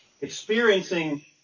experiencing